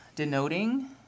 Denoting